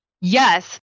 Yes